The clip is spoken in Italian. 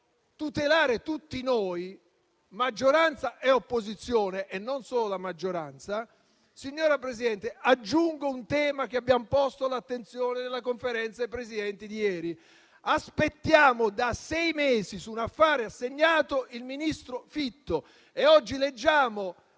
tutelare tutti noi, maggioranza e opposizione, e non solo la maggioranza. Signora Presidente, aggiungo un tema che abbiamo posto all'attenzione della Conferenza dei Capigruppo di ieri. Da sei mesi aspettiamo su un affare assegnato il ministro Fitto. Oggi leggiamo